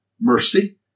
mercy